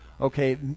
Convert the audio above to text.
Okay